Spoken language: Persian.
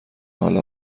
حال